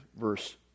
verse